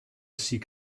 seek